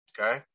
okay